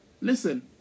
Listen